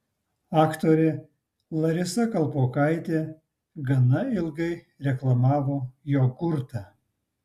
aktorė larisa kalpokaitė gana ilgai reklamavo jogurtą